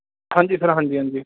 ਹਾਂਜੀ ਸਰ ਹਾਂਜੀ ਹਾਂਜੀ